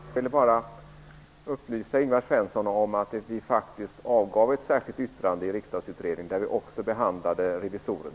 Herr talman! Jag vill bara upplysa Invgvar Svensson om att vi faktiskt avgav ett särskilt yttrande om revisorerna i Riksdagsutredningen.